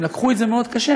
הם לקחו את זה מאוד קשה,